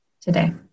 today